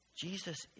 Jesus